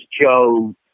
Joe